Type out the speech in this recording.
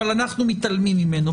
אבל אנחנו מתעלמים ממנו.